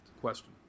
Question